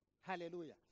Hallelujah